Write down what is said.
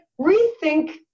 rethink